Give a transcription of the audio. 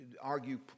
argue